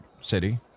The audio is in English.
city